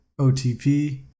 OTP